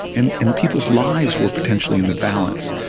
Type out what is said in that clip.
and and people's lives were potentially in the balance,